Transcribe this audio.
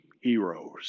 heroes